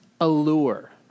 allure